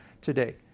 today